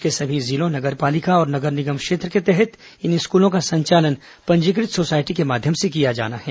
प्रदेश के सभी जिलों नगर पालिका और नगर निगम क्षेत्र के तहत इन स्कूलों का संचालन पंजीकृत सोसायटी के माध्यम से किया जाना है